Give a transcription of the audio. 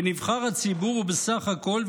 ונבחר הציבור הוא בסך הכול,